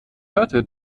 hörte